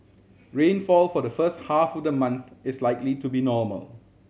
rainfall for the first half the month is likely to be normal